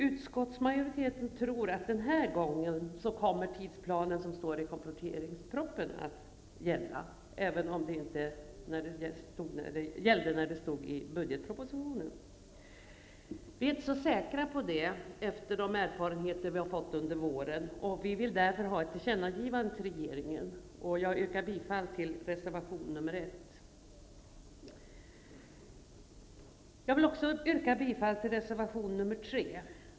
Utskottsmajoriteten tror att tidsplanen som står i kompletteringspropositionen kommer att gälla den här gången, även om inte den som stod i budgetpropositionen gällde. Vi är inte så säkra på det, med de erfarenheter vi har fått under våren. Därför vill vi ha ett tillkännagivande till regeringen. Jag yrkar bifall till reservation nr 1. Jag vill också yrka bifall till reservation nr 3.